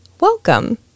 welcome